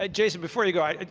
ah jason, before you go,